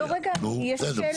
לא, רגע, יש לי שאלה.